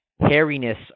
hairiness